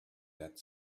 that